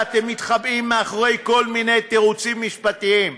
ואתם מתחבאים מאחורי כל מיני תירוצים משפטיים,